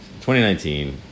2019